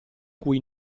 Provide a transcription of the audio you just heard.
cui